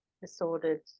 disordered